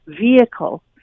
vehicle